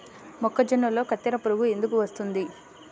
మొక్కజొన్నలో కత్తెర పురుగు ఎందుకు వస్తుంది?